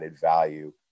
value